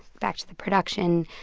back to the production.